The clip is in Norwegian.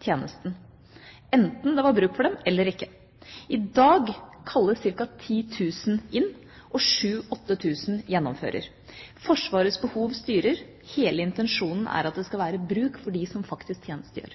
tjenesten, enten det var bruk for dem eller ikke. I dag kalles ca. 10 000 inn, og 7 000–8 000 gjennomfører. Forsvarets behov styrer. Hele intensjonen er at det skal være bruk for dem som faktisk tjenestegjør.